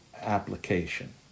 application